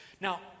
Now